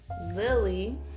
Lily